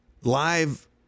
live